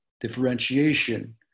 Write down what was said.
differentiation